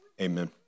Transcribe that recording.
amen